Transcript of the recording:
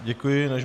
Děkuji.